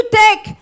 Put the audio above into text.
take